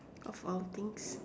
of all things